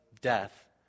death